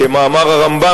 כמאמר הרמב"ם,